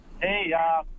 Hey